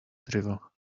drivel